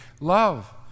Love